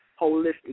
holistic